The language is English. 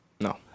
No